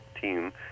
team